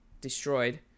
destroyed